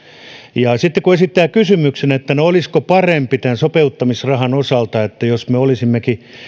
ja sitten kun esittää kysymyksen että olisiko parempi tämän sopeuttamisrahan osalta jos me olisimmekin